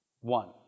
One